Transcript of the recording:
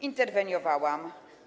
Interweniowałam.